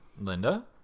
Linda